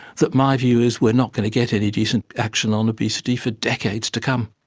that my view is we're not going to get any decent action on obesity for decades to come.